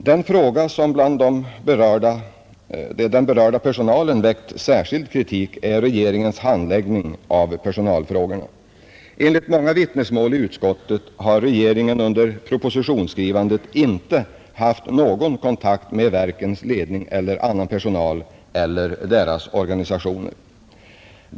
Den sak som bland den berörda personalen väckt särskild kritik är regeringens handläggning av personalfrågorna, Enligt många vittnesmål i utskottet har regeringen under propositionsskrivandet inte haft någon kontakt med verkens ledning eller annan personal eller deras organisationer.